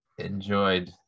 enjoyed